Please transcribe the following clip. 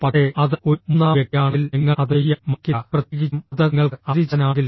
പക്ഷേ അത് ഒരു മൂന്നാം വ്യക്തിയാണെങ്കിൽ നിങ്ങൾ അത് ചെയ്യാൻ മടിക്കില്ല പ്രത്യേകിച്ചും അത് നിങ്ങൾക്ക് അപരിചിതനാണെങ്കിൽ